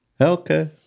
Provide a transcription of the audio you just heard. Okay